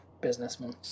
Businessman